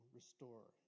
restore